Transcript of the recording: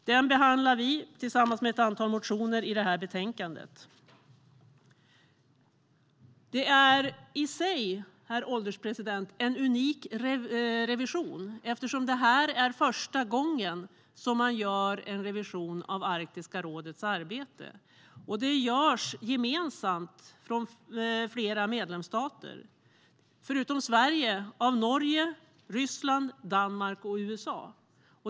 Den behandlar vi tillsammans med ett antal motioner i det här betänkandet. Det är i sig, herr ålderspresident, en unik revision, eftersom det är första gången man gör en revision av Arktiska rådets arbete. Den görs gemensamt av flera medlemsstater, förutom Sverige av Norge, Ryssland, Danmark och USA.